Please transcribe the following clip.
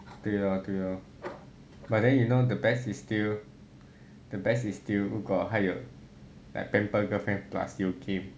对 lor 对 lor but then you know the best is still the best is still 如果他有 like pamper girlfriend plus 有 game